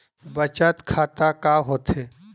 बचत खाता का होथे?